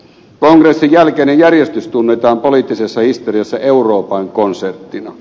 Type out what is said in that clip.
kongressin jälkeinen järjestys tunnetaan poliittisessa historiassa euroopan konserttina